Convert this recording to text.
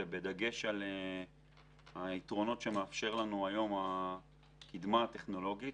בדגש על היתרונות שמאפשרת לנו הקדמה הטכנולוגית.